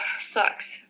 sucks